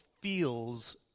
feels